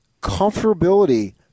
comfortability